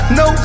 no